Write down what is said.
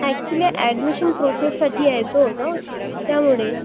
actually admission प्रोसेससाठी यायचं होतं त्यामुळे